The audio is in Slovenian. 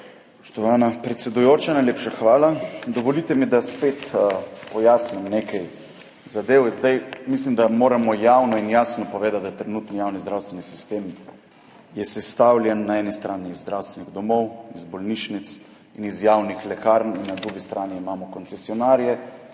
Spoštovana predsedujoča, najlepša hvala. Dovolite mi, da spet pojasnim nekaj zadev. Mislim, da moramo javno in jasno povedati, da je trenutni javni zdravstveni sistem sestavljen na eni strani iz zdravstvenih domov, iz bolnišnic in iz javnih lekarn in na drugi strani imamo koncesionarje,